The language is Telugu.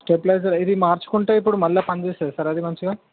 స్టెబ్లైజర్ ఇది మార్చుకుంటే ఇప్పుడు మళ్ళా పనిచేస్తుందా సార్ అది మంచిగా